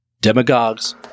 Demagogues